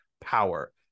power